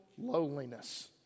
loneliness